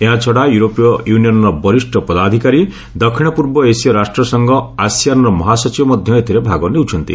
ଏହାଛଡ଼ା ୟୁରୋପୀୟ ୟୁନିୟନ୍ର ବରିଷ୍ଣ ପଦାଧିକାରୀ ଦକ୍ଷିଣ ପୂର୍ବ ଏସୀୟ ରାଷ୍ଟ୍ରସଂଘ ଆସିଆନ୍ର ମହାସଚିବ ମଧ୍ୟ ଏଥିରେ ଭାଗ ନେଉଛନ୍ତି